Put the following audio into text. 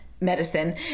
medicine